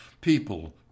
people